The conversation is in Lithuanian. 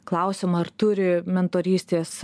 klausiama ar turi mentorystės